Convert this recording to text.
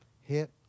hit